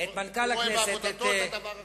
הוא רואה בעבודתו את הדבר החשוב.